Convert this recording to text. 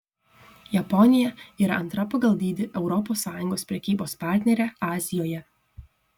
japonija yra antra pagal dydį europos sąjungos prekybos partnerė azijoje